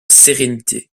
sérénité